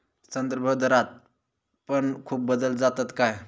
संदर्भदरात पण खूप बदल जातत काय?